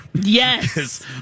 Yes